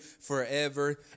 forever